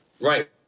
Right